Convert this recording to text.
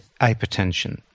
hypertension